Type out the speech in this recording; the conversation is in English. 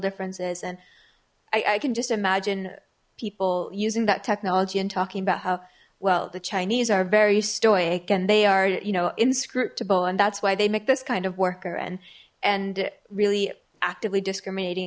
differences and i can just imagine people using that technology and talking about how well the chinese are very stoic and they are you know inscrutable and that's why they make this kind of worker and and really actively discriminating